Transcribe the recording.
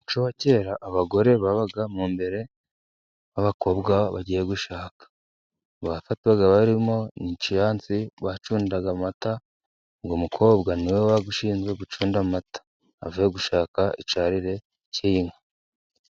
Umuco wa kera abagore babaga mu mbere, n'abakobwa bagiye gushaka, bafatwaga barimo icyansi bacundaga amata, ngo umukobwa niwe wari ushinzwe gucunda amata, avuye gushaka icyarire cy'inka.